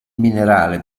minerale